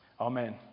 Amen